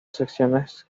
secciones